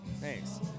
thanks